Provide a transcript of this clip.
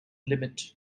limit